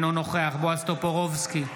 אינו נוכח בועז טופורובסקי,